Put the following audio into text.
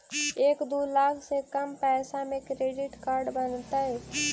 एक दू लाख से कम पैसा में क्रेडिट कार्ड बनतैय?